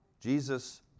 Jesus